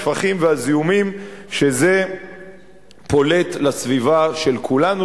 השפכים והזיהומים שזה פולט לסביבה של כולנו,